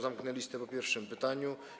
Zamknę listę po pierwszym pytaniu.